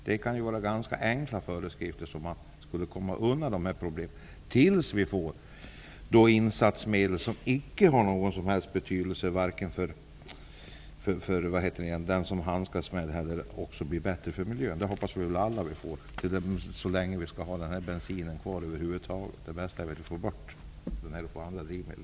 Det kan vara ganska enkla föreskrifter som gör att man kommer undan dessa problem tills vi får tillsatsmedel som icke har någon som helst betydelse för den som handskas med dem och som är bättre för miljön. Det hoppas vi väl alla att vi får, så länge vi över huvud taget har den här bensinen kvar. Jag håller med om att det bästa vore att få bort den och att få andra drivmedel.